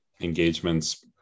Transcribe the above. engagements